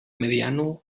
mediano